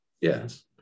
yes